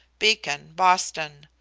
beacon, boston.